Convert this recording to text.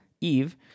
Eve